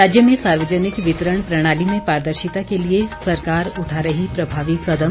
राज्य में सार्वजनिक वितरण प्रणाली में पारदर्शिता के लिए सरकार उठा रही प्रभावी कदम